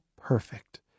perfect